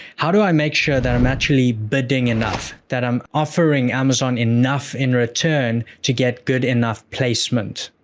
how do i make sure that i'm actually bidding enough, that i'm offering amazon enough in return to get good enough placement?